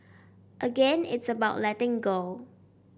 again it's about letting go